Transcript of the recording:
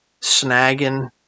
snagging